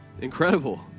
incredible